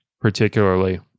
particularly